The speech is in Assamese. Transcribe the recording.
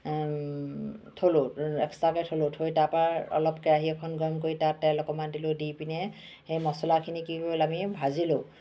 থলোঁ এক্সট্ৰাকৈ থলোঁ থৈ তাৰপৰা অলপ কেৰাহী এখন গৰম কৰি তাত তেল অকণমান দিলোঁ দি পেনে সেই মচলাখিনি কি কৰো আমি ভাজিলোঁ